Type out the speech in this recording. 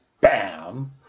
BAM